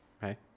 hey